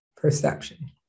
perception